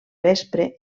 vespre